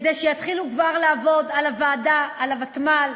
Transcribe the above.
כדי שיתחילו כבר לעבוד על הוועדה, על הוותמ"ל,